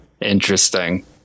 Interesting